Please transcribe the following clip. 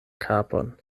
kapon